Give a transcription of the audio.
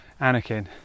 Anakin